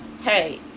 hey